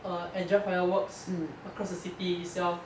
err enjoy fireworks across the city itself